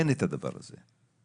אין את הדבר הזה.